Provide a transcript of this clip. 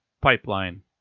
PIPELINE